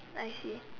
I see